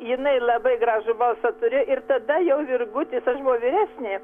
jinai labai gražų balsą turi ir tada jau virgutis aš buvau vyresnė